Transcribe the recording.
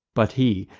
but he,